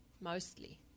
mostly